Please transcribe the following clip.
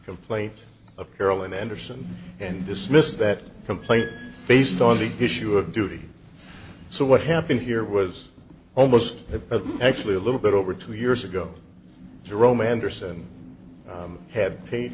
complaint of carolyn andersen and dismissed that complaint based on the issue of duty so what happened here was almost actually a little bit over two years ago jerome anderson had paid